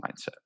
mindset